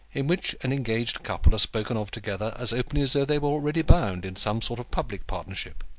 in which an engaged couple are spoken of together as openly as though they were already bound in some sort of public partnership.